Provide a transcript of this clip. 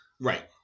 Right